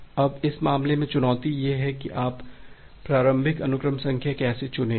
अब इस मामले में चुनौती यह है कि आप प्रारंभिक अनुक्रम संख्या कैसे चुनेंगे